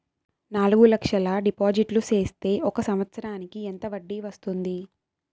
నాలుగు లక్షల డిపాజిట్లు సేస్తే ఒక సంవత్సరానికి ఎంత వడ్డీ వస్తుంది?